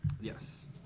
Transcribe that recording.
yes